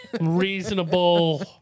reasonable